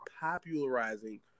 popularizing